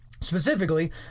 Specifically